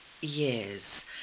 years